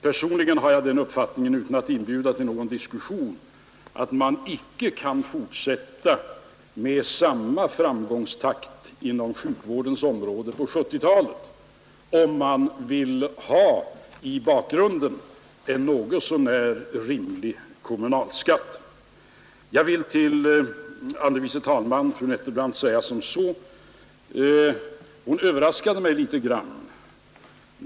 Personligen har jag den uppfattningen — utan att inbjuda till någon diskussion — att man icke kan fortsätta med samma framgångstakt inom sjukvårdens område på 1970-talet, om man vill ha en något så när rimlig kommunalskatt. Jag vill till andre vice talmannen fru Nettelbrandt säga att hon överraskade mig litet grand.